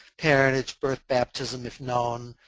parentage, birth, baptism if known.